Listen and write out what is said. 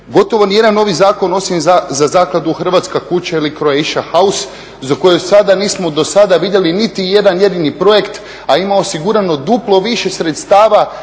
Gotovo niti jedan novi zakon, osim za zakladu Hrvatska kuća ili Croatia house za koju sada nismo do sada vidjeli niti jedan jedini projekt, a ima osigurano duplo više sredstava